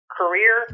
career